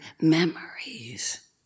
memories